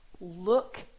look